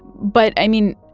but, i mean,